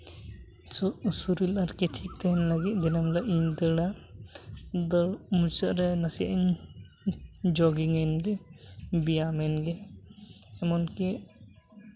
ᱥᱚᱨᱤᱨ ᱟᱨᱠᱤ ᱴᱷᱤᱠ ᱛᱟᱦᱮᱱ ᱞᱟᱹᱜᱤᱫ ᱫᱤᱱᱟᱹᱢ ᱦᱤᱞᱟᱹᱜ ᱤᱧ ᱫᱟᱹᱲᱟ ᱫᱟᱹᱲ ᱢᱩᱪᱟᱹᱫ ᱨᱮ ᱱᱟᱥᱮᱭᱟᱜ ᱤᱧ ᱡᱳᱜᱤᱝᱮᱱ ᱜᱮ ᱵᱮᱭᱟᱢᱮᱱ ᱜᱤᱧ ᱮᱢᱚᱱ ᱠᱤ